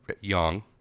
young